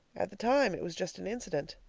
at the time, it was just an incident.